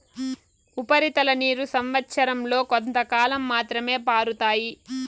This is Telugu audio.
ఉపరితల నీరు సంవచ్చరం లో కొంతకాలం మాత్రమే పారుతాయి